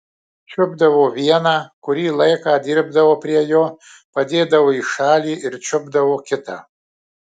čiupdavo vieną kurį laiką dirbdavo prie jo padėdavo į šalį ir čiupdavo kitą